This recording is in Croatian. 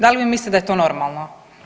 Da li vi mislite da je to normalno?